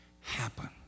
happen